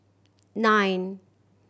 nine